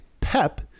PEP